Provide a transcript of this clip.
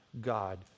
God